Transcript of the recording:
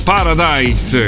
Paradise